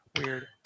Weird